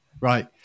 right